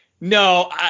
no